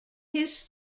his